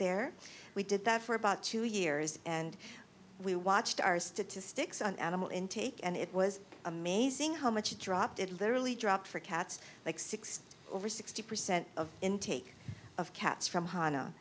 there we did that for about two years and we watched our statistics on animal intake and it was amazing how much it dropped it literally dropped for cats like sixty over sixty percent of intake of cats from hon